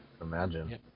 Imagine